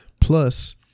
Plus